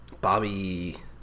Bobby